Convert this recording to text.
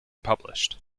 published